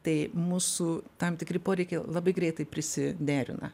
tai mūsų tam tikri poreikiai labai greitai prisiderina